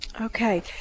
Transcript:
Okay